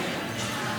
שר העבודה.